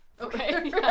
Okay